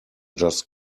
just